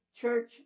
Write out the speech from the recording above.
Church